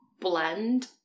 blend